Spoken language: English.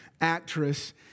actress